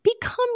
become